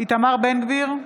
איתמר בן גביר,